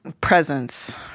presence